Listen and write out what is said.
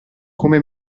come